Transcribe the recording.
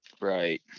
Right